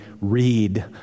read